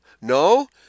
No